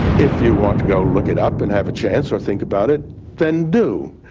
if you want to go look it up and have a chance or think about it then do.